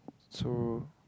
so